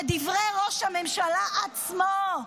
כדברי ראש הממשלה עצמו,